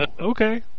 Okay